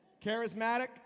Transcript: Charismatic